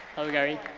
hello gary.